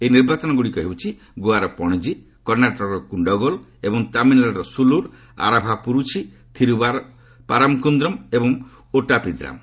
ଏହି ନିର୍ବାଚନ ମଣ୍ଡଳୀଗୁଡ଼ିକ ହେଉଛି ଗୋଆର ପଣକୀ କର୍ଣ୍ଣାଟକର କୁଣ୍ଡଗୋଲ୍ ଏବଂ ତାମିଲନାଡୁର ସୁଲୁର୍ ଆରାଭାପୁରୁଛି ଥିରୁପାରମକୁନ୍ଦ୍ରମ ଏବଂ ଓଟାପିଦ୍ରାମ୍